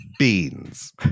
Beans